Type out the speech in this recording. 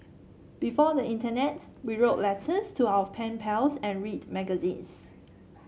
before the internet we wrote letters to our pen pals and read magazines